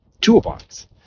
toolbox